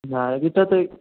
यहाँ आए भी तो थे